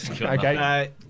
Okay